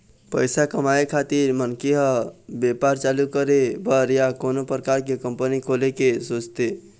पइसा कमाए खातिर मनखे ह बेपार चालू करे बर या कोनो परकार के कंपनी खोले के सोचथे